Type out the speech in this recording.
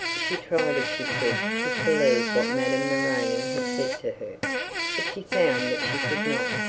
she tried if she could disbelieve what madame neroni had said to her but she found that she could not.